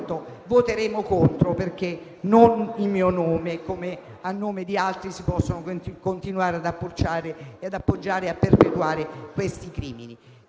voteremo contro, perché non nel mio nome, come a nome di altri, si possono continuare a appoggiare questi crimini.